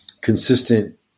consistent